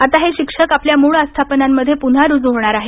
आता हे शिक्षक आपल्या म्रळ आस्थापनांमध्ये पुन्हा रुज्र होणार आहेत